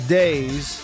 days